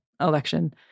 election